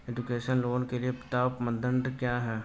Education loan के लिए पात्रता मानदंड क्या है?